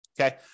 Okay